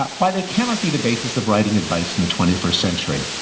um why they cannot be the basis of writing advice in the twenty first century.